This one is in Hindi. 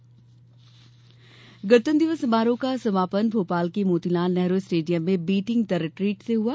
गणतंत्र समापन गणतंत्र दिवस समारोह का समापन भोपाल के मोतीलाल नेहरू स्टेडियम में बीटिंग द रिट्रीट से हुआ